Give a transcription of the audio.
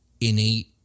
innate